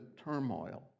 turmoil